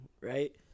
right